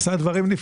עשה דברים נפלאים.